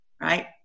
right